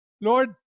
Lord